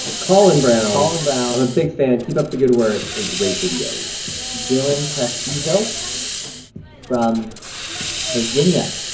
collin browne. collin browne. i'm a big fan keep up the good work and great videos. dylan prestizo from virginia,